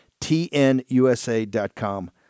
TNUSA.com